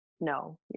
no